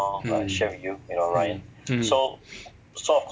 mm mm mm